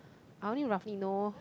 I only roughly know